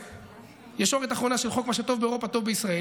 עם ישורת אחרונה של חוק "מה שטוב לאירופה טוב לישראל",